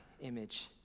image